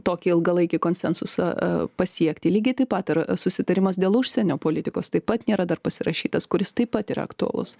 tokį ilgalaikį konsensusą pasiekti lygiai taip pat ir susitarimas dėl užsienio politikos taip pat nėra dar pasirašytas kuris taip pat ir aktualus